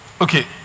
okay